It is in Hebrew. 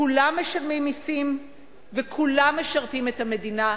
כולם משלמים מסים וכולם משרתים את המדינה.